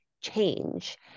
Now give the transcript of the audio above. change